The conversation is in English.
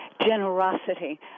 generosity